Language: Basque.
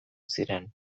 ziren